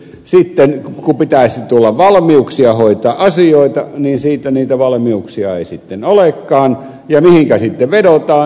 sitten kun pitäisi tulla valmiuksia hoitaa asioita niin siitä niitä valmiuksia ei sitten olekaan ja mihinkä sitten vedotaan